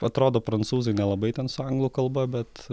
atrodo prancūzai nelabai ten su anglų kalba bet